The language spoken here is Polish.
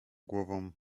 głową